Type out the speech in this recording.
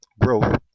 growth